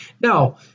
Now